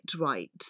right